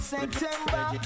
September